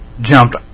jumped